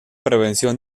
prevención